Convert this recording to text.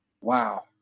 Wow